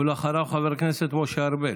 ואחריו, חבר הכנסת משה ארבל.